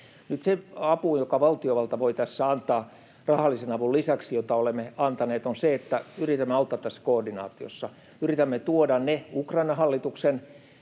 Nyt se apu, jonka valtiovalta voi tässä antaa rahallisen avun lisäksi, jota olemme antaneet, on se, että yritämme auttaa tässä koordinaatiossa. Yritämme tuoda ne Ukrainan hallituksen